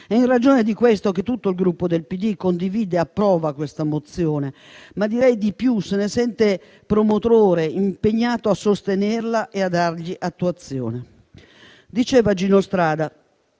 È in ragione di questo che tutto il Gruppo PD condivide e approva la mozione al nostro esame, ma direi di più: se ne sente promotore, impegnato a sostenerla e dargli attuazione. Diceva Gino Strada